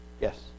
Yes